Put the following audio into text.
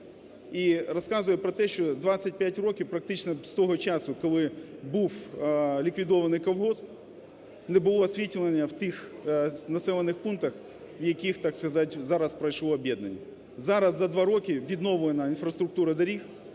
і розказує про те, що 25 років, практично з того часу, коли був ліквідований колгосп, не було освітлення в тих населених пунктах, в яких, так сказати, зараз пройшло об'єднання. Зараз за два роки відновлена інфраструктура доріг,